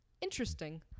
interesting